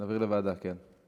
להעביר לוועדה, כן.